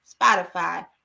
Spotify